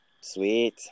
Sweet